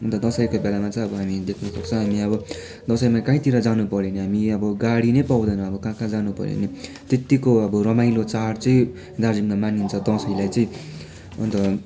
अन्त दसैँको बेलामा चाहिँ अब हामी देख्नसक्छौँ अब हामी दसैँमा काहीँतिर जानुपर्यो भने हामी अब गाडी नै पाउँदैन अब कहाँ कहाँ जानुपर्यो भने त्यत्तिको अब रमाइलो चाड चाहिँ दार्जिलिङमा मानिन्छ दसैँलाई चाहिँ अन्त